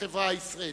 בחברה הישראלית.